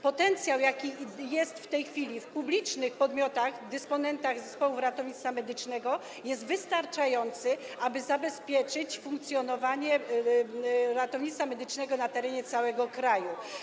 Potencjał, jaki w tej chwili mają publiczne podmioty, dysponenci zespołów ratownictwa medycznego, jest wystarczający, aby zabezpieczyć funkcjonowanie ratownictwa medycznego na terenie całego kraju.